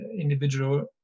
individual